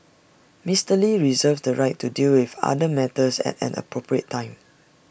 Mister lee reserves the right to deal with other matters at an appropriate time